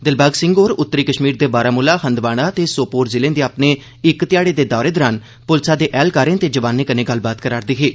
दिलबाग सिंह होर उत्तरी कश्मीर दे बारामूला हंदवाड़ा ते सोपोर जिलें दे अपने इक ध्याड़े दे दौरे दौरान पुलसा दे ऐहलकारें ते जवानें कन्नै गल्लबात करा'रदे हे